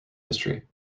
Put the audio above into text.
history